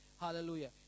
Hallelujah